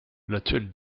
l’actuel